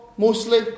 Mostly